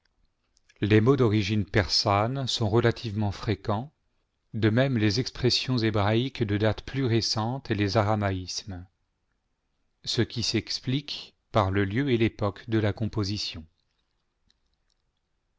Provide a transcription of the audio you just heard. les mots d'origine persane sont relativement fréquents de même les expiessions liébraïques de date plus récente et les aramaïsmes ce qui s'explique par le lieu et l'époque de la composition